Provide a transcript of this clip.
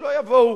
ושלא יבואו